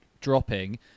dropping